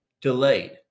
delayed